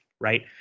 right